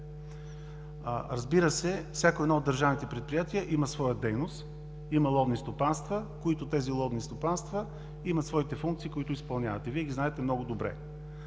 Разбира се, всяко едно от държавните предприятия има своя дейност, има ловни стопанства, които имат своите функции, които изпълняват и Вие ги знаете много добре.